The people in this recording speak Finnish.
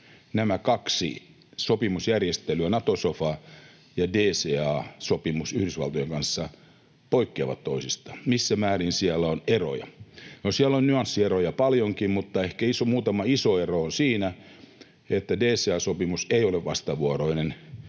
nämä kaksi sopimusjärjestelyä, Nato-sofa ja DCA-sopimus Yhdysvaltojen kanssa, poikkeavat toisistaan. Missä määrin siellä on eroja? Siellä on nyanssieroja paljonkin, mutta ehkä muutama iso ero on siinä, että DCA-sopimus ei ole vastavuoroinen.